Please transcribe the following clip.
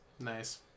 Nice